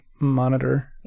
monitor